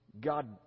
God